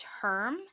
term